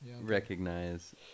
Recognize